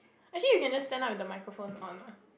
actually you can just stand up with the microphone on what